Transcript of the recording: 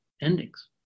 endings